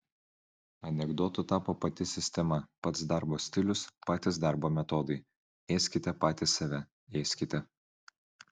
anekdotu tapo pati sistema pats darbo stilius patys darbo metodai ėskite patys save ėskite